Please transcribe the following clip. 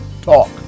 talk